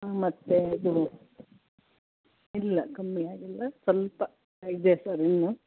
ಹಾಂ ಮತ್ತು ಇದು ಇಲ್ಲ ಕಮ್ಮಿ ಆಗಿಲ್ಲ ಸ್ವಲ್ಪ ಇದೆ ಸರ್ ಇನ್ನು